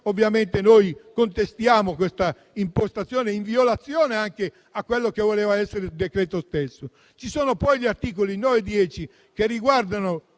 ovviamente, noi contestiamo questa impostazione in violazione anche di quello che voleva essere il decreto stesso. Poi vi sono gli articoli 9 e 10, riguardanti